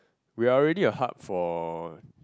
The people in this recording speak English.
we are already a hub for